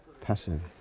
passive